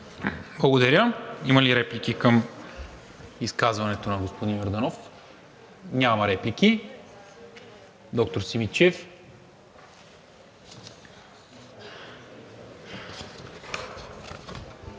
Благодаря. Има ли реплики към изказването на господин Йорданов? Няма. Доктор Симидчиев.